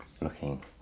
looking